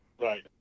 Right